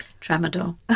Tramadol